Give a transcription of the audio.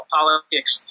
politics